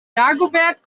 dagobert